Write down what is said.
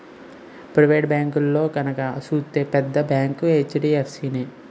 private బేంకుల్లో గనక సూత్తే పెద్ద బేంకు హెచ్.డి.ఎఫ్.సి నే